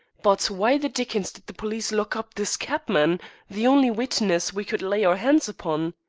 but why the dickens did the police lock up this cabman the only witness we could lay our hands upon?